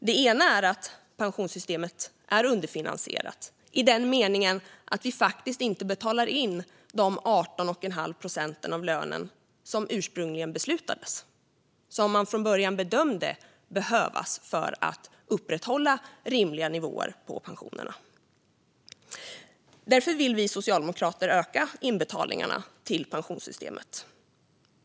Den ena är att pensionssystemet är underfinansierat i den meningen att vi faktiskt inte betalar in de 18,5 procent av lönen som ursprungligen beslutades. Det var detta man från början bedömde skulle behövas för att man skulle kunna upprätthålla rimliga nivåer på pensionerna. Därför vill vi socialdemokrater öka inbetalningarna till pensionssystemet.